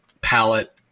palette